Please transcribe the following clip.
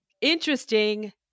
interesting